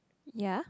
ya